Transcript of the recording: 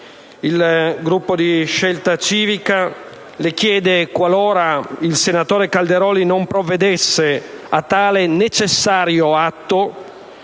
il Gruppo di Scelta Civica, qualora il senatore Calderoli non provvedesse a tale necessario atto,